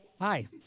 Hi